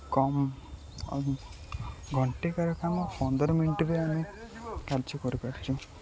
କମ୍ ଘଣ୍ଟେକାର କାମ ପନ୍ଦର ମିନିଟ୍ରେ ଆମେ କାର୍ଯ୍ୟ କରିପାରୁଛୁ